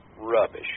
rubbish